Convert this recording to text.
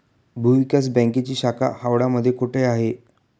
भूविकास बँकेची शाखा हावडा मध्ये कोठे आहे?